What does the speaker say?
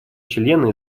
члены